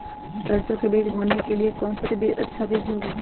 सरसो के बीज बोने के लिए कौन सबसे अच्छा बीज होगा?